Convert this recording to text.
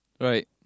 Right